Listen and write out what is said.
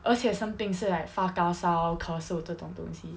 而且生病是 like 发高烧咳嗽这种东西